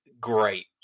great